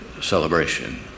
celebration